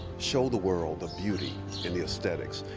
show the world the beauty and the aesthetics,